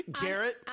Garrett